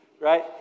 Right